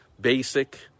Basic